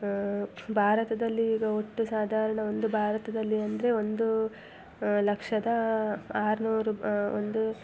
ಭಾರತದಲ್ಲಿ ಈಗ ಒಟ್ಟು ಸಾಧಾರಣ ಒಂದು ಭಾರತದಲ್ಲಿ ಅಂದರೆ ಒಂದು ಲಕ್ಷದ ಆರುನೂರು ಒಂದು